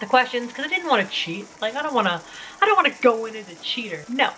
the questions because i didn't want to cheat. like i don't want to i don't want to go in as a cheater. no!